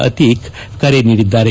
ಆತೀಕ್ ಕರೆ ನೀಡಿದ್ದಾರೆ